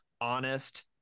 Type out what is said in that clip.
honest